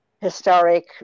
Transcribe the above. historic